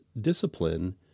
discipline